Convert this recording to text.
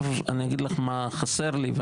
אגיד לך מה חסר לי.